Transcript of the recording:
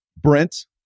Brent